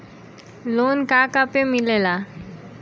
Loan का का पे मिलेला?